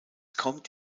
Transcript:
kommt